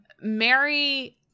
Mary